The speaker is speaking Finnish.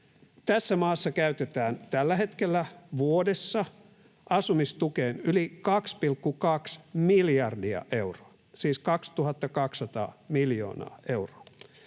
Tässä maassa käytetään tällä hetkellä vuodessa asumistukeen yli 2,2 miljardia euroa, siis 2 200 miljoonaa euroa.